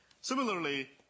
Similarly